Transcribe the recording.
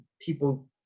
people